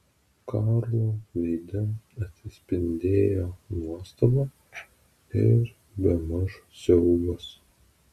karlo veide atsispindėjo nuostaba ir bemaž siaubas